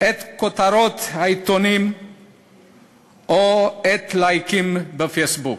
את כותרות העיתונים או את הלייקים בפייסבוק,